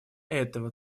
этого